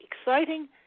exciting